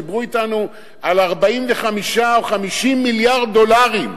דיברו אתנו על 45 או 50 מיליארד דולרים.